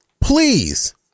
please